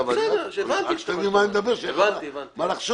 אני רק רוצה שתדעו על מה אני מדבר שיהיה לכם על מה לחשוב.